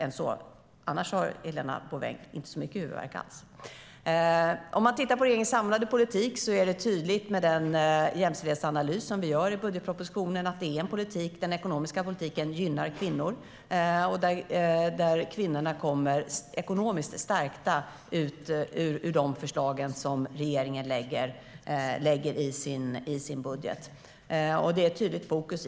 Annars borde Helena Bouveng inte ha så mycket huvudvärk alls. Om man tittar på regeringens samlade politik görs det en jämställdhetsanalys i budgetpropositionen, och det är tydligt att den ekonomiska politiken gynnar kvinnor. Kvinnorna kommer att bli ekonomiskt stärkta genom de förslag som regeringen lägger fram i sin budget.